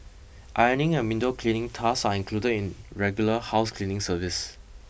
ironing and window cleaning tasks are included in regular house cleaning service